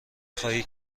خواهی